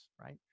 Right